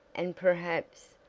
and perhaps,